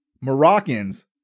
Moroccans